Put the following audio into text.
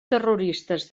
terroristes